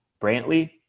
Brantley